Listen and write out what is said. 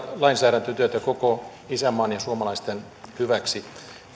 lainsäädäntötyötä koko isänmaan ja suomalaisten hyväksi